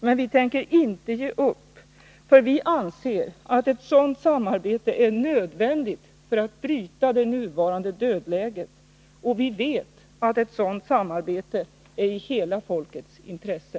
Men vi tänker inte ge upp! För vi anser att ett sådant samarbete är nödvändigt för att bryta det nuvarande dödläget. Och vi vet att ett sådant samarbete är i hela folkets intresse!